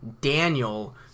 Daniel